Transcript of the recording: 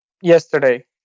Yesterday